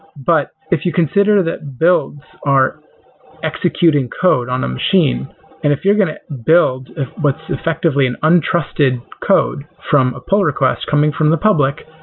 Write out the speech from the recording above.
but if you consider that builds are executing code on a machine, and if you're going to build what's effectively an un trusted code from a poll requests coming from the public,